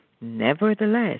Nevertheless